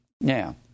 Now